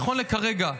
נכון לרגע זה,